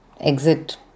exit